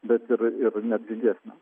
bet ir ir netgi giesmę